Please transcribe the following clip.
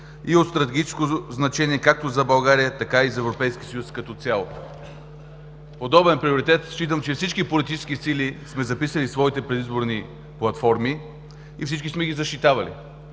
и от стратегическо значение както за България, така и за Европейския съюз като цяло. Подобен приоритет считам, че всички политически сили сме записали в своите предизборни платформи и всички сме го защитавали.